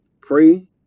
Pray